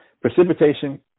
Precipitation